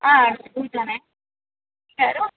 ಹಾಂ ಪೂಜಾನೇ ಯಾರು